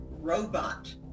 robot